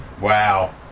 wow